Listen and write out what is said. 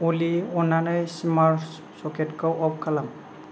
अलि अननानै स्मार्ट सकेटखौ अफ खालाम